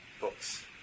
books